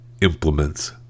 implements